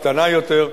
הקטנה יותר,